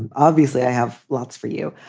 and obviously, i have lots for you.